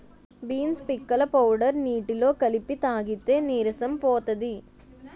beans పిక్కల powder నీటిలో కలిపి తాగితే నీరసం పోతది